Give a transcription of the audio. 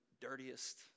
dirtiest